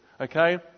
okay